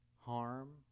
harm